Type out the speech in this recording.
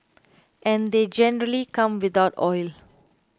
and they generally come without oil